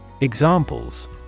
Examples